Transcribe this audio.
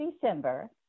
December